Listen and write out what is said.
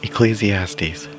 Ecclesiastes